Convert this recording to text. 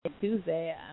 Tuesday